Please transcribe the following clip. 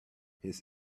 his